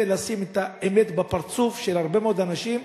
זה לשים את האמת בפרצוף של הרבה מאוד אנשים,